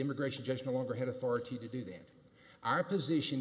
immigration judge no longer had authority to do that our position